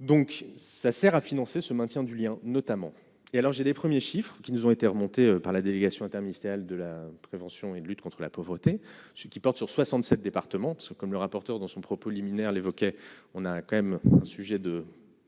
Donc ça sert à financer ce maintien du lien notamment et alors j'ai des premiers chiffres qui nous ont été remontés par la délégation interministérielle de la prévention et de lutte contre la pauvreté, ce qui porte sur 67 départements parce que comme le rapporteur dans son propos liminaire l'évoquait, on a quand même un sujet de